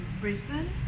Brisbane